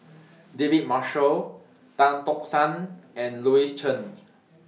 David Marshall Tan Tock San and Louis Chen